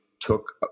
took